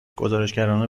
گزارشگران